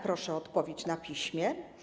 Proszę o odpowiedź na piśmie.